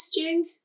messaging